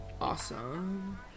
Awesome